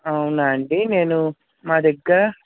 అవునా అండి నేను నా దగ్గర